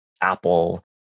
Apple